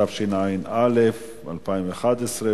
התשע"א 2011,